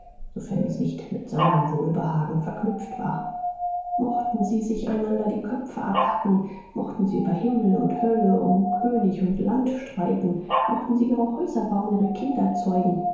sofern es nicht mit seinem wohlbehagen verknüpft war mochten sie sich einander die köpfe abhacken mochten sie über himmel und hölle um könig und land streiten mochten sie ihre häuser bauen ihre kinder zeugen